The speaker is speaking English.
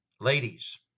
ladies